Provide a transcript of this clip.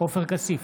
עופר כסיף,